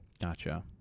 gotcha